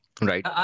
Right